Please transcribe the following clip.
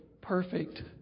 perfect